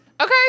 Okay